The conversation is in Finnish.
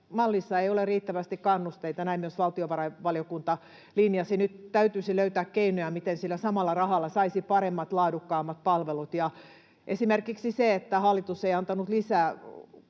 mallissa ei ole riittävästi kannusteita — näin myös valtiovarainvaliokunta linjasi. Nyt täytyisi löytää keinoja, miten sillä samalla rahalla saisi paremmat, laadukkaammat palvelut. Hallitus ei esimerkiksi antanut lisää